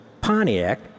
Pontiac